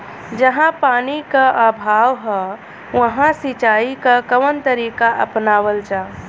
जहाँ पानी क अभाव ह वहां सिंचाई क कवन तरीका अपनावल जा?